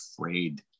afraid